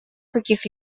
каких